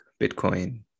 bitcoin